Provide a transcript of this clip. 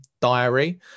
diary